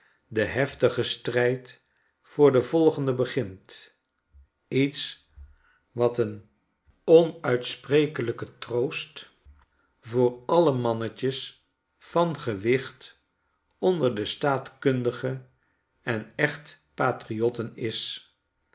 de heftige strijd voor de volgende begintjietswateenonuitsprekeliike troost voor alle mannetjes van gewicht onder de staatkundige en echte patriotten is